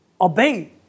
obey